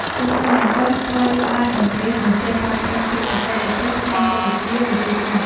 សិស្សានុសិស្សត្រូវបានបង្រៀនឱ្យចេះប្រើប្រាស់ពាក្យបច្ចេកទេសក្នុងមុខវិជ្ជាវិទ្យាសាស្ត្រ។